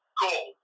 cool